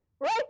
right